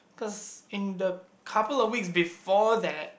cause in the couple of weeks before that